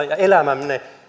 ja elämänne